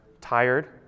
tired